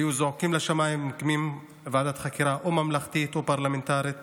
היו זועקים לשמיים ומקימים ועדת חקירה ממלכתית או פרלמנטרית